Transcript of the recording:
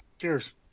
Cheers